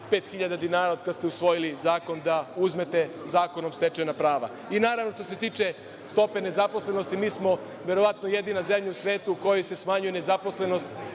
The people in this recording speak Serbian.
5.000 dinara od kada ste usvojili zakon da uzmete zakonom stečena prava.I, naravno, što se tiče stope nezaposlenosti, mi smo verovatno jedina zemlja u svetu u kojoj se smanjuje nezaposlenost,